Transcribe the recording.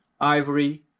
Ivory